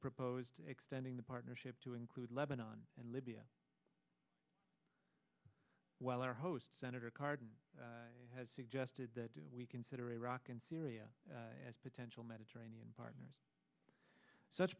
proposed extending the partnership to include lebanon and libya while our host senator cardin has suggested that we consider iraq and syria as potential mediterranean partners such